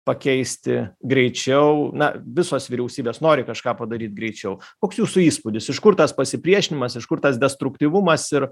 pakeisti greičiau na visos vyriausybės nori kažką padaryt greičiau koks jūsų įspūdis iš kur tas pasipriešinimas iš kur tas destruktyvumas ir